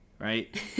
right